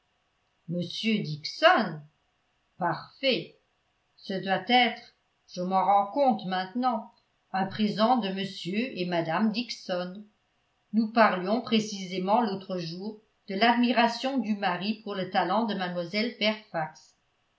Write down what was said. m dixon parfait ce doit être je m'en rends compte maintenant un présent de m et mme dixon nous parlions précisément l'autre jour de l'admiration du mari pour le talent de mlle fairfax